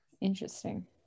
Interesting